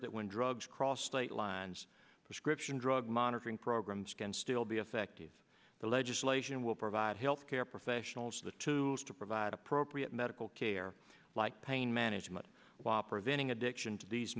that when drugs cross state lines description drug monitoring programs can still be effective the legislation will provide health care professionals to to provide appropriate medical care like pain management while preventing addiction to these